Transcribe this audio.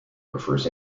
prefers